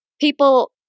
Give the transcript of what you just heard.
people